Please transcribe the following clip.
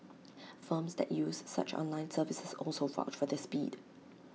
firms that use such online services also vouch for their speed